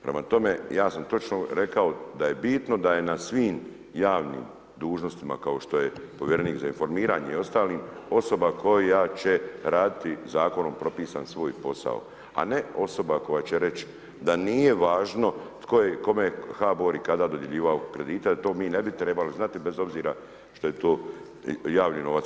Prema tome, ja sam točno rekao da je bitno da je na svim javnim dužnostima kao što je povjerenik za informiranje i ostali osoba koja će raditi zakonom propisan svoj posao a ne osoba koja će reći da nije važno tko je kome HBOR i kada dodjeljivao kredite a to mi ne bi trebali znati bez obzira što je to javni novac.